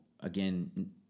Again